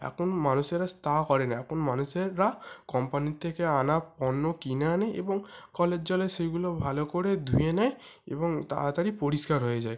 এখন মানুষেরা তা করে না এখন মানুষেরা কোম্পানির থেকে আনা পণ্য কিনে আনে এবং কলের জলে সেইগুলো ভালো করে ধুয়ে নেয় এবং তাড়াতাড়ি পরিষ্কার হয়ে যায়